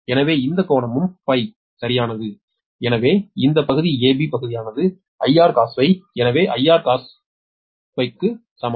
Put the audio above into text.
எனவே இந்த கோணமும் Φ சரியானது எனவே இந்த பகுதி AB பகுதியானது 𝑰𝑹cos ∅ எனவே 𝑰𝑹cos to க்கு சமம்